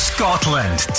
Scotland